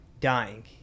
dying